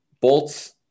Bolts